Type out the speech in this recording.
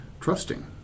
trusting